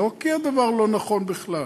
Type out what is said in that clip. לא כי הדבר לא נכון בכלל,